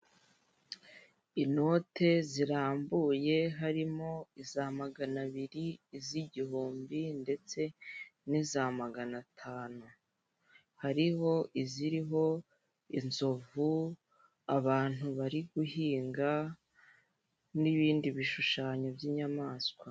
Inote zirambuye harimo iza magana abiri, iz'igihumbi ndetse n'iza magana atanu. Hariho iziriho inzovu, abantu bari guhinga n'ibindi bishushanyo by'inyamaswa.